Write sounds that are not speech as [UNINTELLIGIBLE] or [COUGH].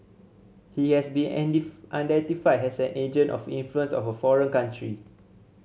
he has been [UNINTELLIGIBLE] identified as an agent of influence of foreign country